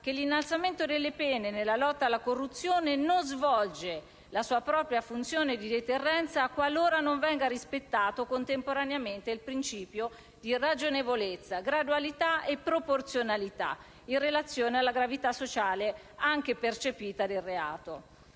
che l'innalzamento delle pene nella lotta alla corruzione non svolge la sua propria funzione di deterrenza qualora non venga rispettato, contemporaneamente, il principio di ragionevolezza, gradualità e proporzionalità, in relazione alla gravità sociale, anche percepita, del reato.